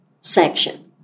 section